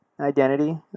identity